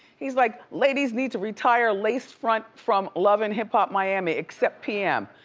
he's like ladies need to retire laced front from love and hip hop miami except pm.